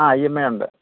ആ E M I ഉണ്ട്